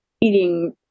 eating